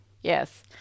Yes